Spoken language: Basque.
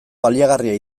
baliagarria